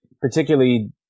particularly